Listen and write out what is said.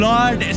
Lord